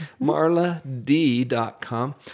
marlad.com